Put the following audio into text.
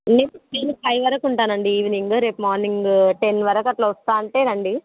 నేన్ నేను ఫైవ్ వరకు ఉంటానండి ఈవెనింగ్ రేపు మార్నింగ్ టెన్ వరకు అలా వస్తాను అంటే రండి